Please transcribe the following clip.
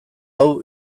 hau